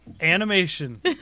animation